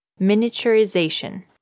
Miniaturization